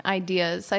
ideas